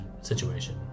situation